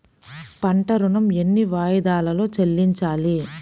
పంట ఋణం ఎన్ని వాయిదాలలో చెల్లించాలి?